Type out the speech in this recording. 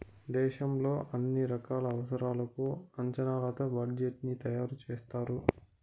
దేశంలో అన్ని రకాల అవసరాలకు అంచనాతో బడ్జెట్ ని తయారు చేస్తారు